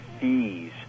fees